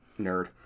Nerd